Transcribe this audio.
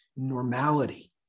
normality